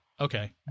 Okay